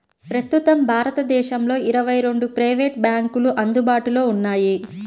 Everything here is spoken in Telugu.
ప్రస్తుతం భారతదేశంలో ఇరవై రెండు ప్రైవేట్ బ్యాంకులు అందుబాటులో ఉన్నాయి